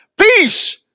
peace